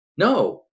No